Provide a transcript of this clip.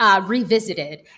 revisited